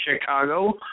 Chicago